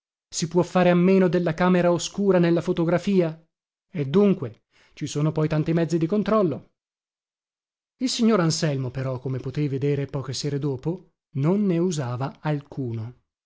si può fare a meno della camera oscura nella fotografia e dunque ci sono poi tanti mezzi di controllo il signor anselmo però come potei vedere poche sere dopo non ne usava alcuno